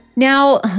Now